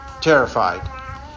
terrified